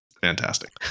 fantastic